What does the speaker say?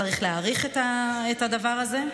צריך להאריך את הדבר הזה.